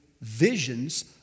visions